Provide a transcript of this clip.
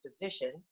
position